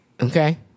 Okay